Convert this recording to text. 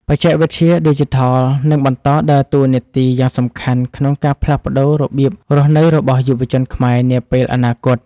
បច្ចេកវិទ្យាឌីជីថលនឹងបន្តដើរតួនាទីយ៉ាងសំខាន់ក្នុងការផ្លាស់ប្តូររបៀបរស់នៅរបស់យុវជនខ្មែរនាពេលអនាគត។